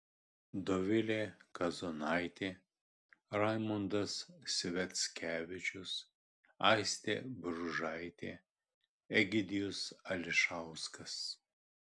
dovilė kazonaitė raimondas sviackevičius aistė bružaitė egidijus ališauskas